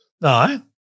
No